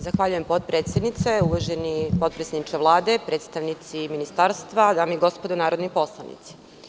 Zahvaljujem potpredsednice, uvaženi potpredsedniče Vlade, predstavnici ministarstva, dame i gospodo narodni poslanici.